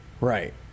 right